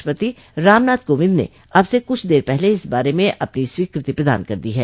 राष्ट्रपति रामनाथ कोविंद ने अब से कुछ देर पहले इस बारे में अपनी स्वीकृति प्रदान कर दी है